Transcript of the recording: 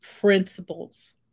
principles